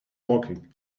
walking